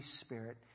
Spirit